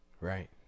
Right